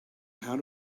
how